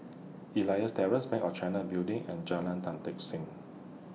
Elias Terrace Bank of China Building and Jalan Tan Tock Seng